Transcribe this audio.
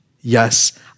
Yes